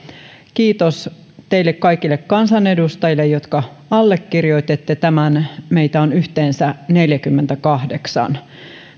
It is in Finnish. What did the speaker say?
kiitos teille kaikille kansanedustajille jotka allekirjoititte tämän meitä on yhteensä neljäkymmentäkahdeksan